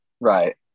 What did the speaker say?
Right